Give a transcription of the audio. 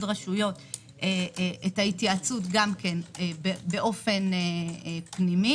רשויות את ההתייעצות גם באופן פנימי,